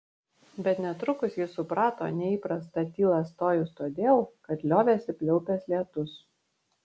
bet netrukus ji suprato neįprastą tylą stojus todėl kad liovėsi pliaupęs lietus